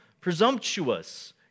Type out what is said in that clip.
presumptuous